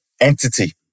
entity